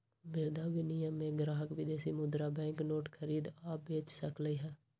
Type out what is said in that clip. मुद्रा विनिमय में ग्राहक विदेशी मुद्रा बैंक नोट खरीद आ बेच सकलई ह